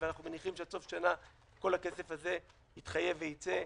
ואנחנו מניחים שעד סוף השנה כל הכסף הזה יתחייב ויצא.